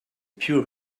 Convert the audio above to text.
pure